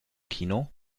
kino